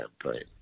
campaign